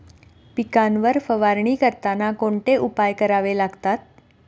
पिकांवर फवारणी करताना कोणते उपाय करावे लागतात?